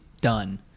done